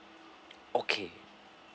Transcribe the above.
okay